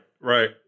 right